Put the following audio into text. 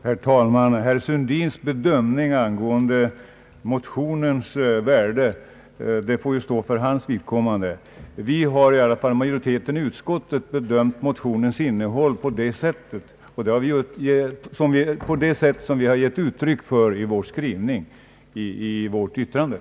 Herr talman! Herr Sundins bedömning av motionens värde får stå för hans egen räkning. Utskottsmajoriteten har bedömt motionens innehåll på det sätt som vi har givit uttryck för i vår skrivning i utlåtandet.